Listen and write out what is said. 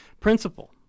Principle